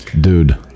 Dude